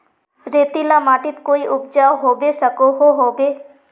रेतीला माटित कोई उपजाऊ होबे सकोहो होबे?